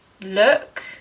look